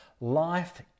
Life